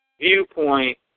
viewpoint